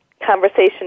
conversation